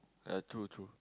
ya true true